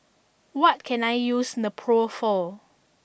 what can I use Nepro for